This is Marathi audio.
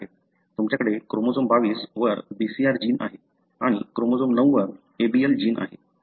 तुमच्याकडे क्रोमोझोम 22 वर BCR जीन आहे आणि क्रोमोझोम 9 वर ABL जीन आहे